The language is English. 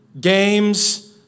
games